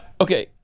Okay